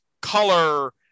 color